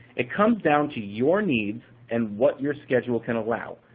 it comes down to your needs and what your schedule can allow.